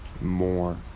more